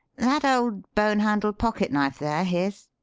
that old bone-handled pocket knife there his?